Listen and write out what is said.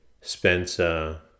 Spencer